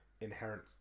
inherent